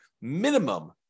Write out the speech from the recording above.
minimum